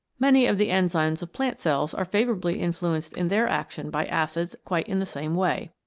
many of the enzymes of plant cells are favourably influenced in their action by acids quite in the same way.